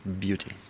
Beauty